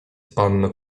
panno